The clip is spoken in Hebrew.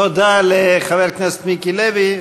תודה לחבר הכנסת מיקי לוי.